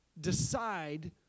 decide